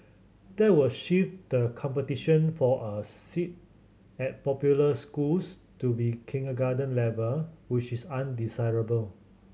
that will shift the competition for a seat at popular schools to be kindergarten level which is undesirable